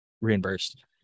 reimbursed